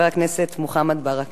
חבר הכנסת מוחמד ברכה.